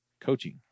coaching